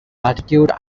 latitude